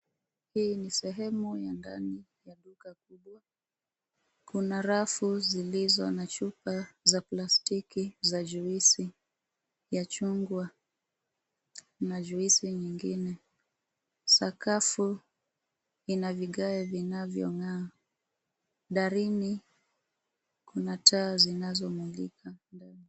Hii ni sehemu ya ndani ya duka kubwa. Kuna rafu zilizo na chupa za plastiki za juisi ya chungwa na juisi nyingine. Sakafu ina vigae vinavyong'aa. Darini Kuna taa zinazo mulika ndani.